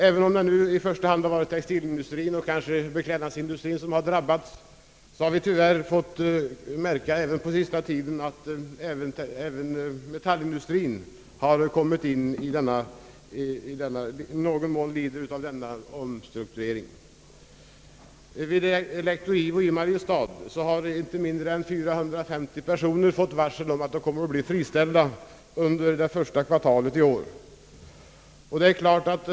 Även om det i första hand varit textilindustrien och beklädnadsindustrien, som drabbats hårdast, så har man på sista tiden inom metallindustrien i någon mån märkt tendenser i motsvarande riktning. Vid Elektro-IWO i Mariestad har inte mindre än 450 personer fått varsel om att de kommer att bli friställda under det första kvartalet i år.